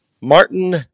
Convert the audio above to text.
Martin